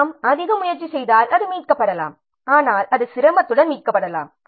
நாம் அதிக முயற்சி செய்தால் அது மீட்கப்படலாம் ஆனால் அது சிரமத்துடன் மீட்கப்படலாம்